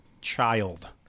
Child